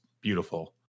beautiful